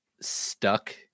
stuck